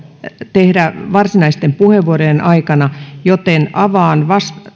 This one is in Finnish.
tehdä varsinaisten puheenvuorojen aikana joten avaan